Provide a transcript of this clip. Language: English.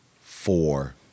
four